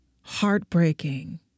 heartbreaking